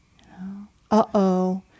uh-oh